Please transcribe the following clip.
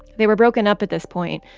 they were broken up at this point,